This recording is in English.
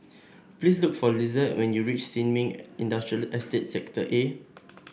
please look for Lizette when you reach Sin Ming Industrial Estate Sector A